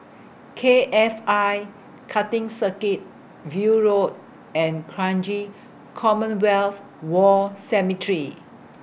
K F I Karting Circuit View Road and Kranji Commonwealth War Cemetery